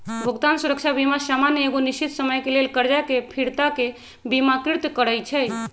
भुगतान सुरक्षा बीमा सामान्य एगो निश्चित समय के लेल करजा के फिरताके बिमाकृत करइ छइ